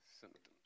symptoms